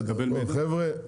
חבר'ה,